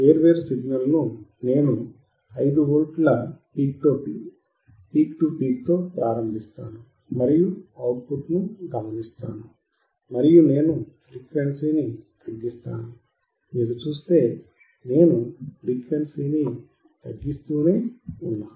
వేర్వేరు సిగ్నల్ ను నేను 5V పీక్ టు పీక్ తో ప్రారంభిస్తాను మరియు అవుట్పుట్ను గమనిస్తాను మరియు నేను ఫ్రీక్వెన్సీని తగ్గిస్తాను మీరు చూస్తే నేను ఫ్రీక్వెన్సీని తగ్గిస్తూనే ఉన్నాను